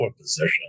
position